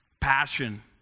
passion